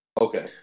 Okay